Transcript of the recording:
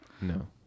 No